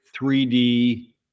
3D